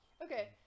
Okay